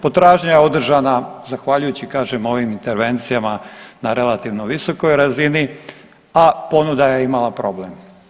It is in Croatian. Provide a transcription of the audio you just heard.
Potražnja je održana zahvaljujući kažem ovim intervencijama na relativno visokoj razini, a ponuda je imala problem.